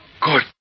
good